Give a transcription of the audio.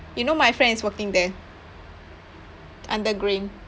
you know my friend is working there under Grain